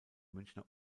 münchner